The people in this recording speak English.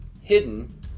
Hidden